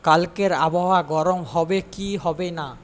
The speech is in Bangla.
কালকের আবহাওয়া গরম হবে কি হবে না